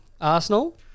Arsenal